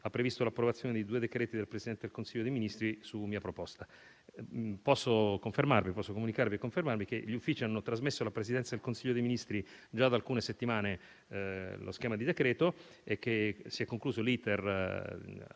previsto l'approvazione di due decreti del Presidente del Consiglio dei ministri su mia proposta. Posso comunicare e confermare che gli uffici hanno trasmesso alla Presidenza del Consiglio dei ministri già da alcune settimane lo schema di decreto e che si è concluso l'*iter*